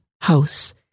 house